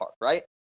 right